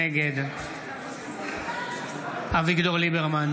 נגד אביגדור ליברמן,